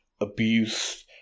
abuse